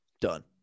done